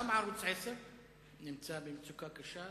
גם ערוץ-10 נמצא במצוקה קשה,